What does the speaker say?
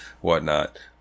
whatnot